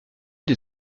des